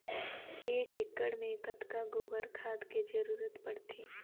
एक एकड़ मे कतका गोबर खाद के जरूरत पड़थे?